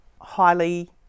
highly